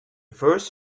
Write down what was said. first